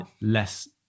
less